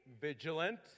vigilant